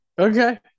Okay